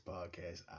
Podcast